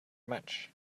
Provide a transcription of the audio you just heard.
much